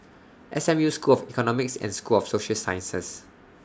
S M U School of Economics and School of Social Sciences